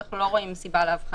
ואנחנו לא רואים סיבה להבחנה.